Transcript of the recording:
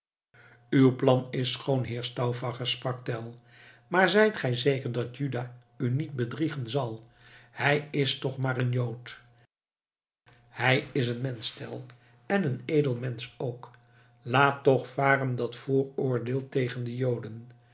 uw plan is schoon heer stauffacher sprak tell maar zijt gij zeker dat juda u niet bedriegen zal hij is toch maar een jood hij is een mensch tell en een edel mensch ook laat toch varen dat vooroordeel tegen de joden